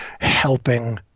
helping